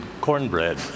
cornbread